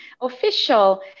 official